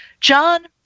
John